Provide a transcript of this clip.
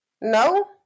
no